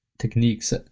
techniques